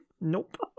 nope